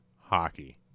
hockey